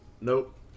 Nope